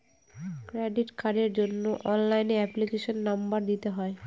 credit কার্ডের জন্য অনলাইনে এপ্লিকেশনের নম্বর দিতে হয়